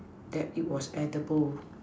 that it was edible